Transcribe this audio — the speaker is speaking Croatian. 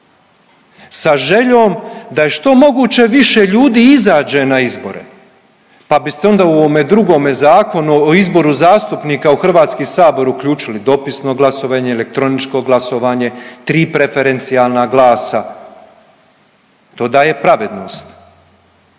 sa željom da je što moguće više ljudi izađe na izbore pa biste u ovome drugome Zakonu o izboru zastupnika u HS uključili dopisno glasovanje, elektroničko glasovanje, tri preferencijalna glasa. To daje pravednost,